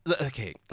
okay